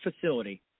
facility